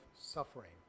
suffering